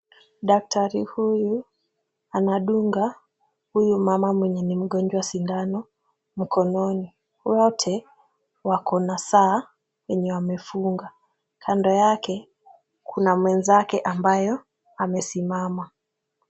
Daktari huyu anadunga huyu mama mwenye ni mgonjwa sindano mkononi. Wote wako na saa yenye wamefunga. Kando yake kuna mwenzake ambayo amesimama.